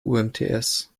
umts